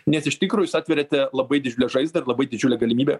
nes iš tikro jūs atveriate labai didžiulę žaizdą ir labai didžiulę galimybę